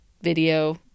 video